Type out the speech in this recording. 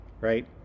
right